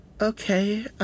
Okay